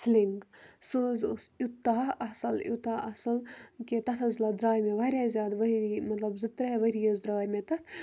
ceiling سُہ حظ اوس ایوٗتاہ اَصٕل ایوٗتاہ اَصٕل کہِ تَتھ حظ درٛاے مےٚ واریاہ زیادٕ ؤری مطلب زٕ ترٛےٚ ؤری حظ درٛاے مےٚ تَتھ